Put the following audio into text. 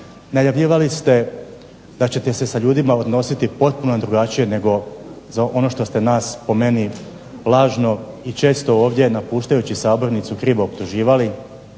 najavljivali ste da ćete se sa ljudima odnositi potpuno drugačije nego ono što ste nas po meni lažno i često ovdje napuštajući sabornicu krivo optuživali,